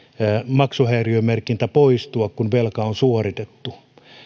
maksuhäiriömerkinnän poistua kun velka on suoritettu